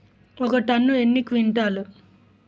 ఒక టన్ను ఎన్ని క్వింటాల్లు?